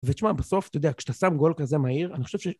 ותשמע, בסוף, אתה יודע, כשאתה שם גול כזה מהיר, אני חושב ש...